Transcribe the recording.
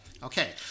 Okay